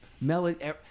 melody